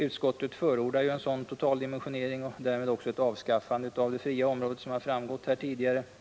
Utskottet förordar en sådan totaldimensionering och därmed ett avskaffande av det fria området, som har framgått av vad som sagts här tidigare.